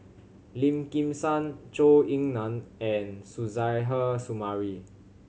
Lim Kim San Zhou Ying Nan and Suzairhe Sumari